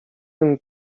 tym